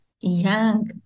young